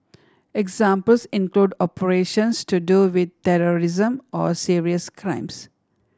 examples include operations to do with terrorism or serious crimes